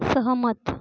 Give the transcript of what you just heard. सहमत